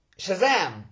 Shazam